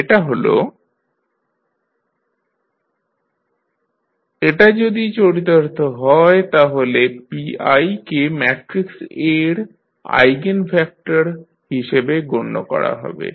এটা হল iI Api0 এটা যদি চরিতার্থ হয় তাহলে pi কে ম্যাট্রিক্স A এর আইগেনভেক্টর হিসাবে গণ্য করা হবে